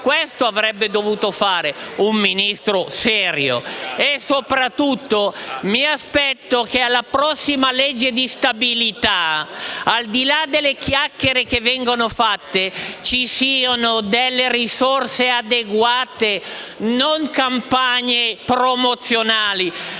Questo avrebbe dovuto fare un Ministro serio. E soprattutto, mi aspetto che nella prossima legge di stabilità, al di là delle chiacchiere che vengono fatte, ci siano risorse adeguate, non campagne promozionali: